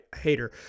hater